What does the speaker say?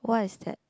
what is that